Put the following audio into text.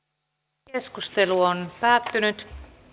keskustelu päättyi